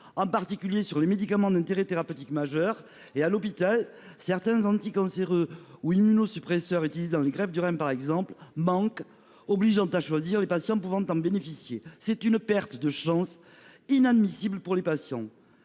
en particulier sur les médicaments d'intérêt thérapeutique majeur et à l'hôpital. Certains anti-cancéreux ou immuno-suppresseurs utilise dans les greffes du rein par exemple manque obligeant à choisir les patients pouvant en bénéficier. C'est une perte de chance. Inadmissible pour les patients.